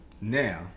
Now